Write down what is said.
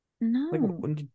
No